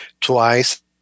twice